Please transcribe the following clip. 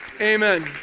Amen